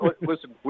Listen